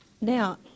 Now